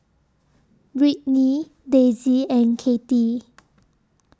Brittny Daisey and Cathi